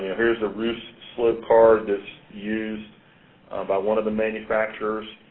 here's a roof slope card that's used by one of the manufacturers,